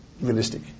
realistic